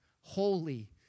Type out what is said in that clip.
holy